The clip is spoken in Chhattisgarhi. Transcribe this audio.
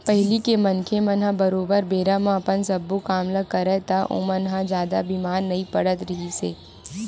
पहिली के मनखे मन ह बरोबर बेरा म अपन सब्बो काम ल करय ता ओमन ह जादा बीमार नइ पड़त रिहिस हे